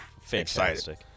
Fantastic